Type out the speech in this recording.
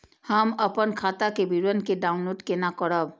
हम अपन खाता के विवरण के डाउनलोड केना करब?